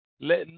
let